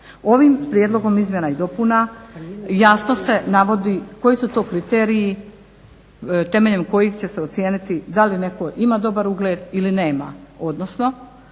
Ovim prijedlogom izmjena i dopuna jasno se navodi koji su to kriteriji temeljem kojih će se ocijeniti da li netko ima dobar ugled ili nema odnosno